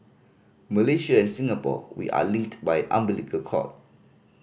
Malaysia and Singapore we are linked by an umbilical cord